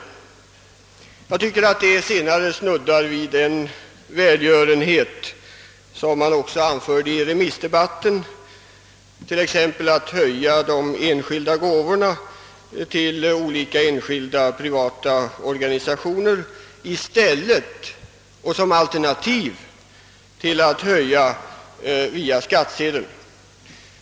Detta snuddar väl vid en sådan välgörenhet som det talades om i remissdebatten, t.ex. då man höjer gåvorna till olika privata organisationer i stället för och som alternativ till att höja skatterna.